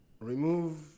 remove